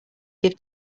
give